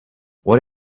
what